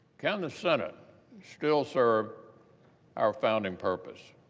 can the senate still serve our founding purpose?